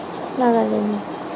Nagaland